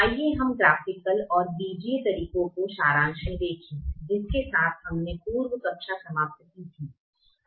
आइए हम आलेखीग्राफिकल और बीजीगणितीय तरीकों को सारांश मे देखें जिसके साथ हमने पूर्व कक्षा समाप्त की थी